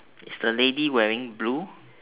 is the lady wearing blue